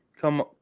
come